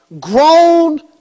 grown